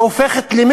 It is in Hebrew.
היא הופכת למפלצתית,